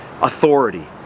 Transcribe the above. authority